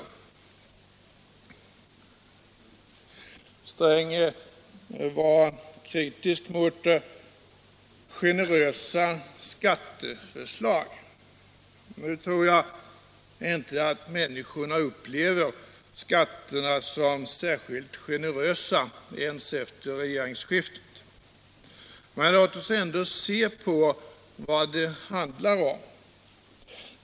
Herr Sträng var kritisk mot generösa skatteförslag. Nu tror jag inte att människorna upplever skatterna som särskilt generösa ens efter regeringsskiftet. Låt oss ändå se på vad det handlar om.